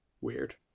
Weird